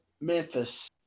Memphis